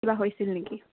কিবা হৈছে নেকি